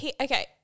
Okay